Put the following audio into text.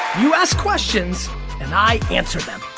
you ask questions and i answer them.